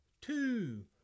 two